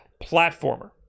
platformer